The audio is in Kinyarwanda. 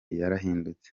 yarahindutse